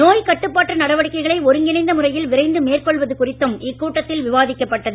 நோய் கட்டுப்பாட்டு நடவடிக்கைகளை ஒருங்கிணைந்த முறையில் விரைந்து மேற்கொள்வது குறித்தும் இக்கூட்டத்தில் விவாதிக்கப்பட்டது